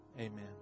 Amen